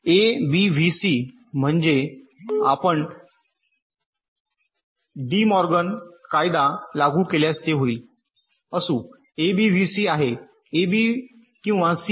'ए B V C म्हणजे आपण De Morgan कायदा लागू केल्यास ते होईल असू ए बी व्ही सी आहे ए बी किंवा सी